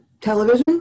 television